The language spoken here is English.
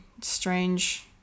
Strange